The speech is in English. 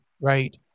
right